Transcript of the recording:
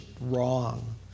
wrong